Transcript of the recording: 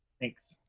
Thanks